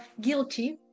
guilty